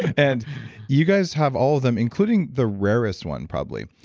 and you guys have all of them including the rarest one probably.